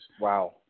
wow